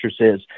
says